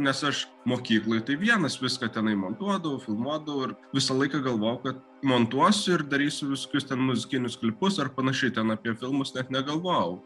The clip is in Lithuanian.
nes aš mokykloj vienas viską tenai matuodavau filmuodavau ir visą laiką galvojau kad montuosiu ir darysiu visokius ten muzikinius klipus ar panašiai ten apie filmus net negalvojau